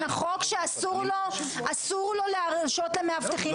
החוק שאסור לו להרשות למאבטחים לחטט בתיקים?